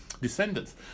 descendants